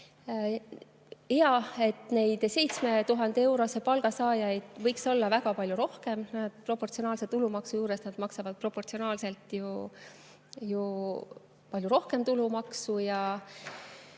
Neid 7000‑eurose palga saajaid võiks olla väga palju rohkem. Proportsionaalse tulumaksu puhul nad maksavad proportsionaalselt ju palju rohkem tulumaksu ja